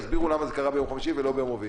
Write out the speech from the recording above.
יסבירו למה זה קרה ביום חמישי ולא ביום רביעי.